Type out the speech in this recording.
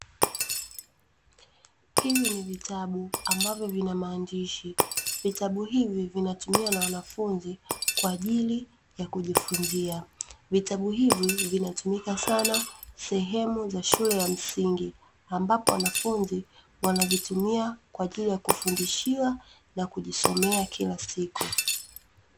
Hivi ni vitabu ambavyo vina maandishi. Vitabu hivi vinatumiwa na wanafunzi kwa ajili ya kujifunzia. Vitabu hivi vinatumika sana sehemu za shule ya msingi, ambapo wanafunzi wanavitumia kwa ajili ya kufundishiwa na kujisomea kila siku.